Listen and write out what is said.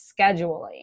scheduling